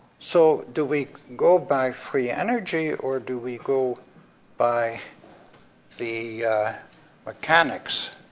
so, do we go by free energy, or do we go by the mechanics?